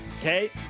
Okay